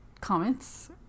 comments